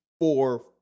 four